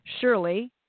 surely